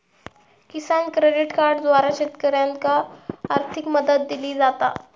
किसान credit कार्डद्वारा शेतकऱ्यांनाका आर्थिक मदत दिली जाता